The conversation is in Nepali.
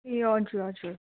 ए हजुर हजुर